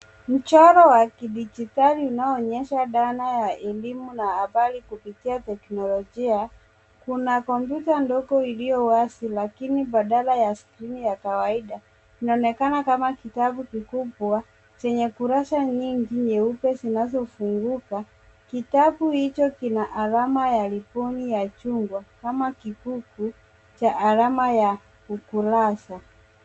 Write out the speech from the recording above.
Mchoro wa kidijitali unaoonyesha dhana ya elimu na habari kupitia teknolojia. Kuna kompyuta ndogo iliyo wazi lakini badala ya skrini ya kawaida inaonekana kama kitabu kikubwa chenye kurasa nyingi nyeupe zinazofunguka. Kitabu hicho kina alama ya riboni ya chungwa ama kibuku cha alama ya ukurasa.